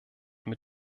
mit